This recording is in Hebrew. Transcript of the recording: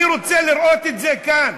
אני רוצה לראות את זה כאן,